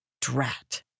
Drat